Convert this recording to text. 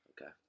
Okay